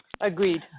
agreed